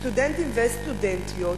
סטודנטים וסטודנטיות,